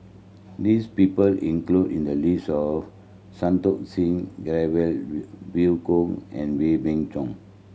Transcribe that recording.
this people included in the list are Santokh Singh Grewal Vivien Goh and Wee Beng Chong